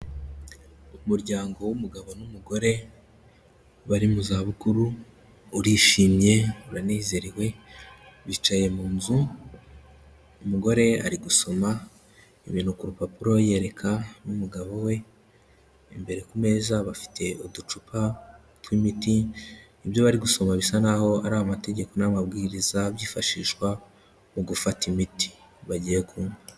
Umuryango w'umugabo n'umugore bari mu zabukuru urishimye uranezerewe, bicaye mu nzu umugore ari gusoma ibintu ku rupapuro yereka n'umugabo we, imbere ku meza bafite uducupa tw'imiti, ibyo bari gusoma bisa naho ari amategeko n'amabwiriza byifashishwa mu gufata imiti bagiye kunywa.